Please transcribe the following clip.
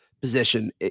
position